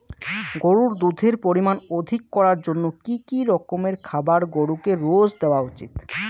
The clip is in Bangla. গরুর দুধের পরিমান অধিক করার জন্য কি কি রকমের খাবার গরুকে রোজ দেওয়া উচিৎ?